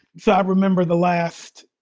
so i remember the last,